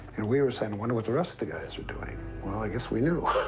and we were saying i wonder what the rest of the guys are doing. well, i guess we knew.